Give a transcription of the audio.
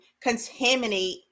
contaminate